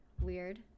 Weird